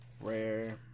rare